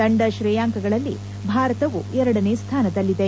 ತಂಡ ಶ್ರೇಯಾಂಕಗಳಲ್ಲಿ ಭಾರತವು ಎರಡನೇ ಸ್ಥಾನದಲ್ಲಿದೆ